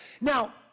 Now